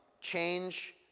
change